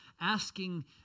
asking